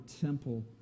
temple